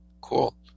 cool